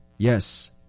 Yes